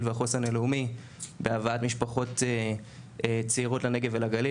והחוסן הלאומי בהבאת משפחות צעירות לנגב ולגליל.